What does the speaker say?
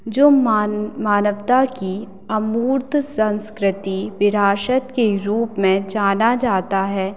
जो मान मानवता की अमूर्त संस्कृति विरासत के रूप में जाना जाता है